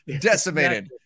decimated